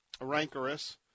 rancorous